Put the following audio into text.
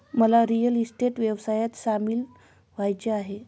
मला real estate व्यवसायात सामील व्हायचे आहे